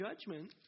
judgment